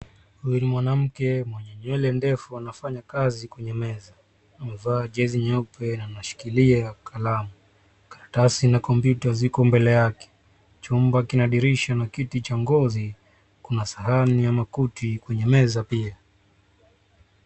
Mwanamke mwenye nywele ndefu anafanya kazi kwenye meza, amevaa jezi nyeupe na anashikilia kalamu, karatasi na kompyuta ziko mbele yake, chumba kina dirisha, na kiti cha ngozi, kuna sahani ya makuti kwenye meza pia.